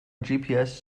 gps